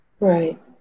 right